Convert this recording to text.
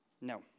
No